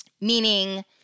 Meaning